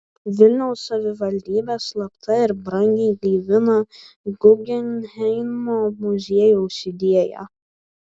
vilniaus savivaldybė slapta ir brangiai gaivina guggenheimo muziejaus idėją